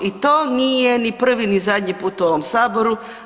I to nije ni prvi ni zadnji put u ovom Saboru.